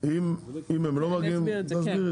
אני אסביר את זה.